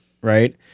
right